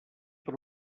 per